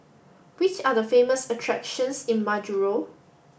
which are the famous attractions in Majuro